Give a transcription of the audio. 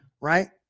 right